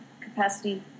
capacity